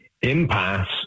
impasse